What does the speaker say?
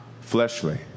fleshly